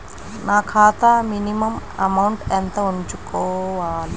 నా ఖాతా minimum amount ఎంత ఉంచుకోవాలి?